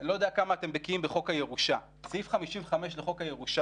אני לא יודע כמה אתם בקיאים בחוק הירושה: סעיף 55 לחוק הירושה,